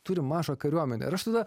turi mažą kariuomenę ir aš tada